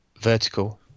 Vertical